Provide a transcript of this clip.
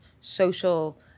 social